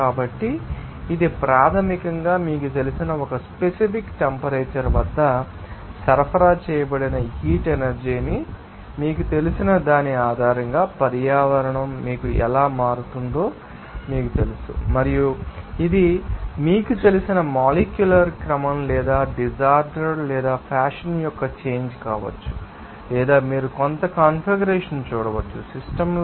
కాబట్టి ఇది ప్రాథమికంగా మీకు తెలిసిన ఒక స్పెసిఫిక్ టెంపరేచర్ వద్ద సరఫరా చేయబడిన హీట్ ఎనర్జీ ని మీకు తెలిసిన దాని ఆధారంగా పర్యావరణం మీకు ఎలా మారుతుందో మీకు తెలుసు మరియు ఇది మీకు తెలిసిన మొలేక్యూలర్ క్రమం లేదా డిసార్డర్ లేదా ఫ్యాషన్ యొక్క చేంజ్ కావచ్చు లేదా మీరు కొంత కాన్ఫిగరేషన్ చూడవచ్చు సిస్టమ్ ల